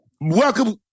Welcome